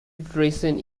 iteration